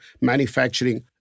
manufacturing